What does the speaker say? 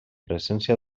presència